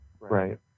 Right